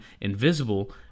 invisible